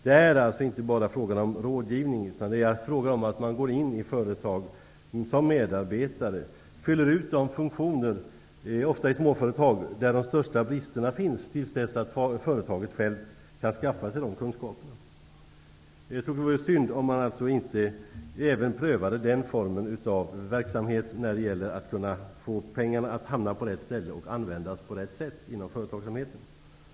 Det är alltså inte bara fråga om rådgivning utan om att gå in som medarbetare i företag, ofta i småföretag, där de största bristerna finns, och stanna där till dess att företaget självt har skaffat sig de behövliga kunskaperna. Det vore synd om man inte prövade också denna form av verksamhet för att få pengarna att hamna på rätt ställe och att användas på rätt sätt inom företagsamheten.